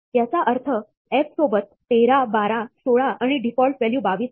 याचा अर्थ f सोबत 131216 आणि डिफॉल्ट व्हॅल्यू 22 आहे